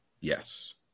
Yes